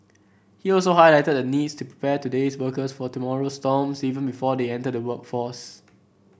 he also highlighted the needs to today's workers for tomorrow's storms even before they enter the workforce